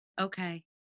okay